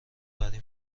وری